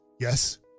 Yes